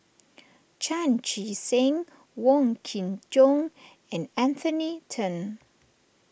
Chan Chee Seng Wong Kin Jong and Anthony then